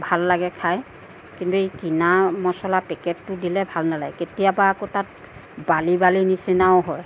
ভাল লাগে খাই কিন্তু এই কিনা মচলা পেকেটটো দিলে ভাল নালাগে কেতিয়াবা আকৌ তাত বালি বালি নিচিনাও হয়